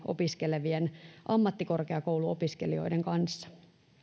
opiskelevien ammattikorkeakouluopiskelijoiden kanssa